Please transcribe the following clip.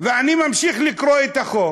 ואני ממשיך לקרוא את החוק,